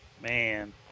Man